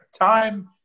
Time